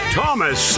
Thomas